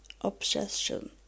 obsession